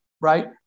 right